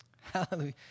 Hallelujah